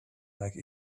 like